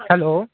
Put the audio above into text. hello